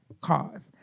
cause